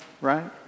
right